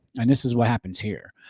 and this is what happens here.